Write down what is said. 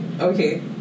Okay